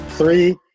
Three